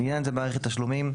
לעניין זה - "מערכת תשלומים",